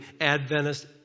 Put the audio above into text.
Adventist